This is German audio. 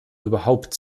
überhaupt